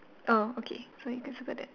oh okay so you can circle that